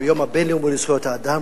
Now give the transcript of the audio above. או היום הבין-לאומי לזכויות האדם,